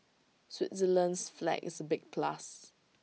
Switzerland's flag is A big plus